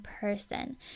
person